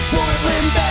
Portland